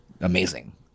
amazing